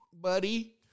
buddy